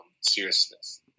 seriousness